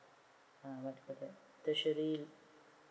what do you call that tertiary